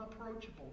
unapproachable